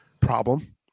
problem